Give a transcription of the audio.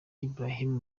ibrahim